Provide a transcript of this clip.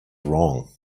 wrong